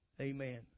Amen